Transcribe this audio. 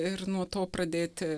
ir nuo to pradėti